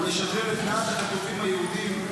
ולשחרר את מאת החטופים היהודים,